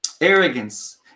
Arrogance